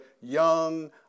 young